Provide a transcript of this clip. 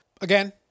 Again